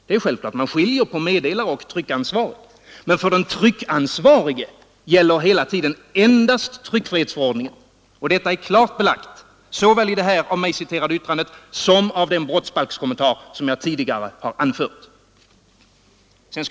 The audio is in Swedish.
Man skiljer givetvis på meddelaroch tryckansvar, men för den tryckansvarige gäller hela tiden endast tryckfrihetsförordningen. Det är klart belagt såväl i det av mig citerade yttrandet som i den brottsbalkskommentar som jag tidigare har citerat.